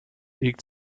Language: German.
liegt